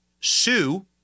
sue